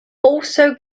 also